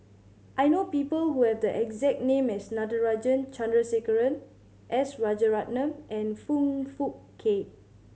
I know people who have the exact name as Natarajan Chandrasekaran S Rajaratnam and Foong Fook Kay